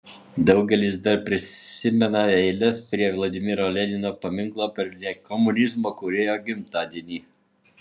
daugelis dar prisimena eiles prie vladimiro lenino paminklo per komunizmo kūrėjo gimtadienį